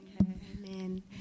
Amen